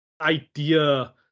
idea